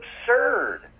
absurd